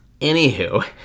Anywho